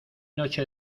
noche